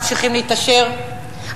ממשיכים להתעשר,